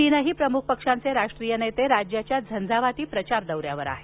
तीनही प्रमुख पक्षांचे राष्ट्रीय नेते राज्याच्या झंजावाती प्रचार दौऱ्यावर आहेत